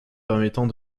permettant